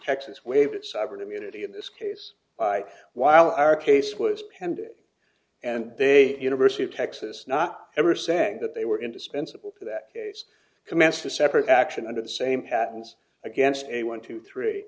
texas waived its sovereign immunity in this case by while our case was pending and they university of texas not ever saying that they were indispensable to that case commenced a separate action under the same happens against a one two three